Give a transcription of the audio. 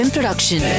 Production